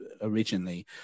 originally